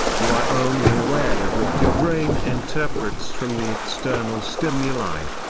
you are only aware of what your brain interprets from the external stimuli.